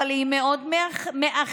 אבל היא מאוד מאוחרת.